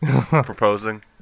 proposing